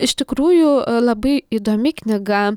iš tikrųjų labai įdomi knyga